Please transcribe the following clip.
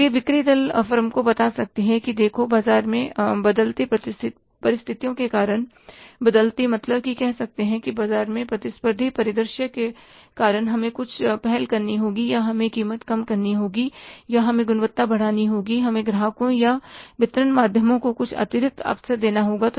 इसलिए बिक्री दल फर्म को बता सकती है कि देखो बाजार में बदलती परिस्थितियों के कारण बदलती मतलब कि कह सकते हैं की बाजार में प्रतिस्पर्धी परिदृश्य के कारण से हमें कुछ पहल करनी होगी या तो हमें कीमत कम करनी होगी या हमें गुणवत्ता बढ़ानी होगी या हमें ग्राहकों या वितरण माध्यमों को कुछ अतिरिक्त अवसर देना होगा